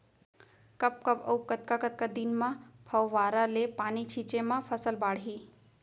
कब कब अऊ कतका कतका दिन म फव्वारा ले पानी छिंचे म फसल बाड़ही?